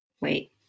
Wait